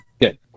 good